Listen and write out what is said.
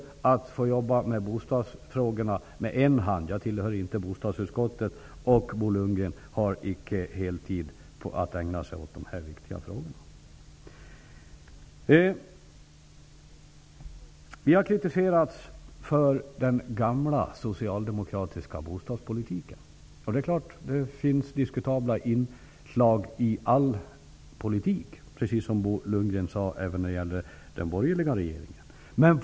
Jag får jobba med bostadsfrågorna med en hand. Jag tillhör inte bostadsutskottet, och Bo Lundgren kan icke på heltid ägna sig åt dessa viktiga frågor. Vi har kritiserats för den gamla socialdemokratiska bostadspolitiken. Det finns naturligtvis diskutabla inslag i all politik, precis som Bo Lundgren sade om den borgerliga regeringens politik.